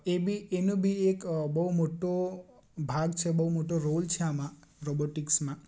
એ બી એનું બી એક બહુ મોટો ભાગ છે બહુ મોટો રોલ છે આમાં રોબોટિક્સમાં